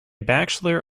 bachelor